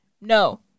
No